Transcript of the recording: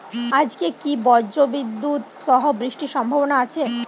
আজকে কি ব্রর্জবিদুৎ সহ বৃষ্টির সম্ভাবনা আছে?